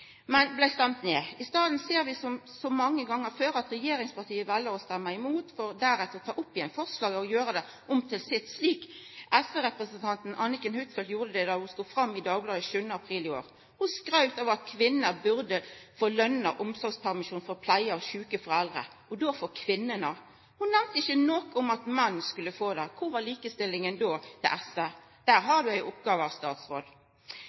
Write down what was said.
men det blei stemt ned. Vi ser, som så mange gonger før, at regjeringspartia vel å stemma imot, for deretter å ta opp igjen forslaget og gjera det om til sitt, slik SV-statsråden Anniken Huitfeldt gjorde då ho sto fram i Dagbladet 7. april i år. Ho skrøytte av at kvinner burde få lønna omsorgspermisjon for pleie av sjuke foreldre – omsorgspermisjon for kvinnene. Ho nemnde ikkje noko om at menn skulle få det. Kvar var likestillinga til SV då? Her har statsråd